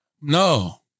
No